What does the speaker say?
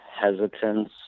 hesitance